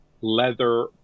leather